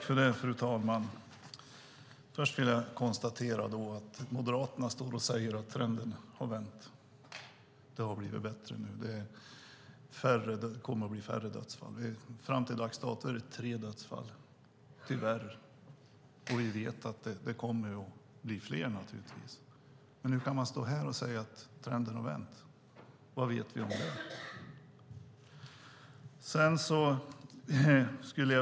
Fru talman! Låt mig konstatera att Moderaterna står och säger att trenden har vänt, att det blivit bättre och att det kommer att bli färre dödsfall. Fram till dags dato är det tre dödsfall, tyvärr, och vi vet att det kommer att bli fler. Hur kan man stå och säga att trenden har vänt? Vad vet vi om det?